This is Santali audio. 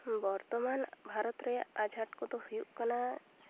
ᱵᱚᱨᱛᱚᱢᱟᱱ ᱵᱷᱟᱨᱚᱛ ᱨᱮᱭᱟᱜ ᱟᱸᱡᱷᱟᱴ ᱠᱚᱫᱚ ᱦᱩᱭᱩᱜ ᱠᱟᱱᱟ